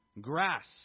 Grass